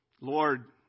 Lord